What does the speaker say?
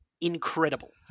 incredible